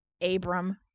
Abram